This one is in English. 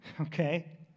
okay